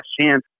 chance